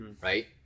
right